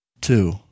two